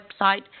website